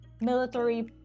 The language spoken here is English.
military